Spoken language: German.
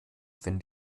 wenn